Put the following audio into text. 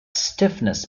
stiffness